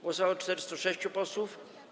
Głosowało 406 posłów.